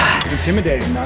intimidating,